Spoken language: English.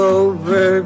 over